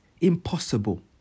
impossible